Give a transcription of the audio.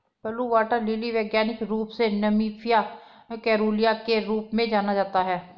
blue water lily वैज्ञानिक रूप से निम्फिया केरूलिया के रूप में जाना जाता है